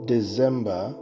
December